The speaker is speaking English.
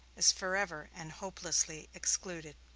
is forever and hopelessly excluded.